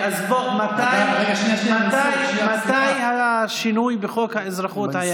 אז בוא, מתי היה השינוי בחוק האזרחות?